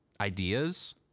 ideas